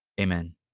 amen